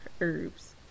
herbs